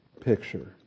picture